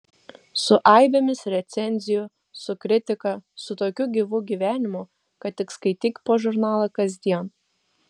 su aibėmis recenzijų su kritika su tokiu gyvu gyvenimu kad tik skaityk po žurnalą kasdien